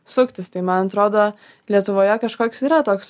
suktis tai man atrodo lietuvoje kažkoks yra toks